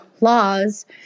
laws